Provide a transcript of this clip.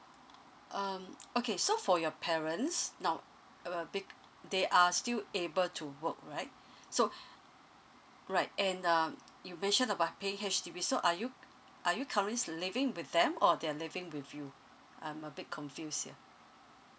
um okay so for your parents now uh b~ big they are still able to work right so right and uh you mention about paying H_D_B so are you are you currently living with them or they're living with you I'm a bit confused here